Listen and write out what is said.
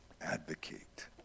advocate